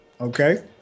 Okay